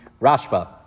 Rashba